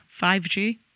5G